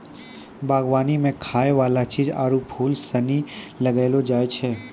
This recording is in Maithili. बागवानी मे खाय वाला चीज आरु फूल सनी लगैलो जाय छै